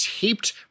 taped